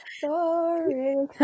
Sorry